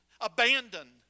abandon